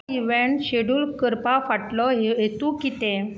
event schedule करपा फाटलो हेतू कितें